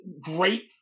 great